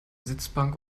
sitzbank